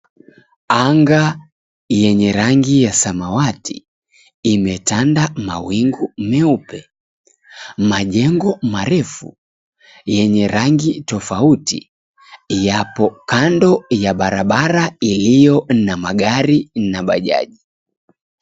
Anga yenye rangi ya samawati, imetanda mawingu meupe. Majengo marefu yenye rangi tofauti, yapo kando ya barabara iliyo na magari na bajaji.